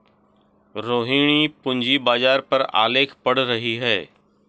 रोहिणी पूंजी बाजार पर आलेख पढ़ रही है